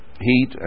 heat